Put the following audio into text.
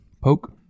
poke